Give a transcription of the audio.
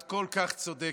את כל כך צודקת.